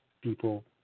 people